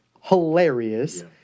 hilarious